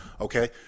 okay